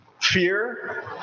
Fear